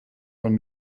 von